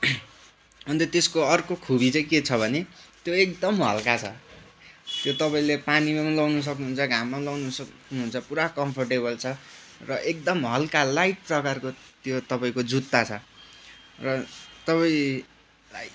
अन्त त्यसको अर्को खुबी चाहिँ के छ भने त्यो एकदम हल्का छ त्यो तपाईँले पानीमा पनि लगाउन सक्नुहुन्छ घाममा पनि लगाउन सक्नुहुन्छ पुरा कम्फोर्टेबल छ र एकदम हल्का लाइट प्रकारको त्यो तपाईँको जुत्ता छ र तपाईँलाई